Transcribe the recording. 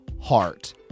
heart